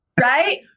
right